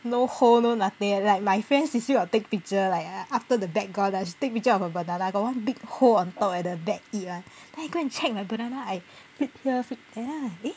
no hole no nothing like my friends they still got take picture like after the bat gone ah must take picture of the banana got one big hole on top eh the bat eat [one] then I go and check my banana I flip here flip there like eh